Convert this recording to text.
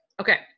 Okay